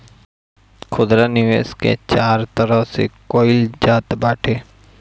खुदरा निवेश के चार तरह से कईल जात बाटे